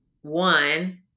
one